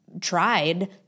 tried